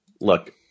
Look